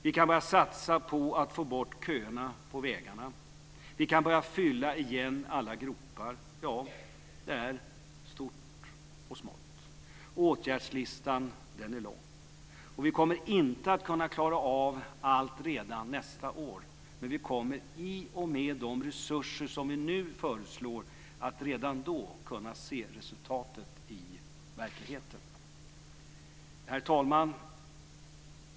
Vi kan börja satsa på att få bort köerna på vägarna. Vi kan börja fylla igen alla gropar. Det är stort och smått. Åtgärdslistan är lång. Vi kommer inte att kunna klara av allt redan nästa år. Men vi kommer i och med de resurser som vi nu föreslår att redan då kunna se resultatet i verkligheten. Herr talman!